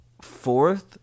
fourth